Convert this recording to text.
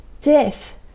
death